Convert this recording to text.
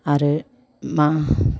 आरो मा